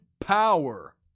power